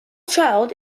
child